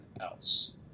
else